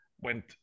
went